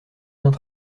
vingt